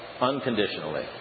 unconditionally